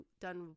done